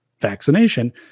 vaccination